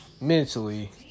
mentally